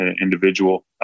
individual